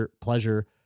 pleasure